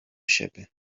siebie